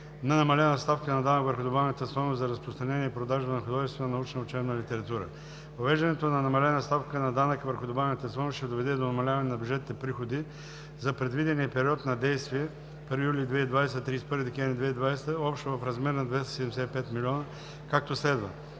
на намалена ставка на данък върху добавената стойност за разпространение и продажба на художествена, научна и учебна литература. Въвеждането на намалена ставка на данъка върху добавената стойност ще доведе до намаляване на бюджетните приходи за предвидения период на действие 1 юли 2020 г. – 31 декември 2021 г. общо в размер на 275 млн. лв., както следва: